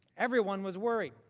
everyone was worried.